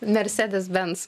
mercedes benz